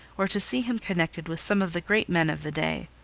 or to see him connected with some of the great men of the day.